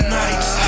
nights